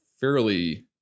fairly